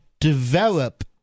develop